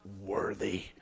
worthy